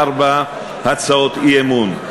ארבע הצעות אי-אמון.